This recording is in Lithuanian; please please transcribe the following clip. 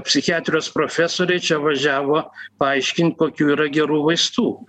psichiatrijos profesoriai čia važiavo paaiškint kokių yra gerų vaistų